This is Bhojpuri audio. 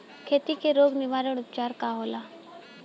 खेती के रोग निवारण उपचार का होला?